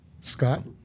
Scott